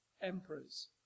emperors